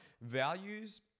values